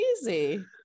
easy